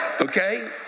okay